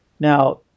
Now